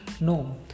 No